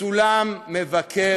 מצולם מבקר במספנה.